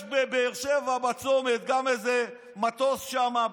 יש בבאר שבע בצומת גם איזה מטוס שם,